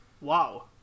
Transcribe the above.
Wow